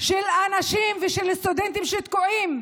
של אנשים ושל סטודנטים שתקועים.